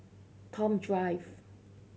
Toh Drive